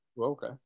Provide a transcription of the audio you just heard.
Okay